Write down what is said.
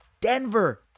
Denver